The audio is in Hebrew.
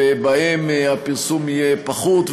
ובהם תהיה פחות פרסומת,